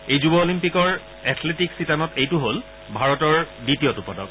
এই যুৱ অলিম্পিকৰ এথলেটিকছ শিতানত এইটো হল ভাৰতৰ দ্বিতীয়টো পদক